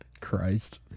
Christ